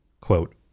Quote